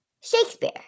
Shakespeare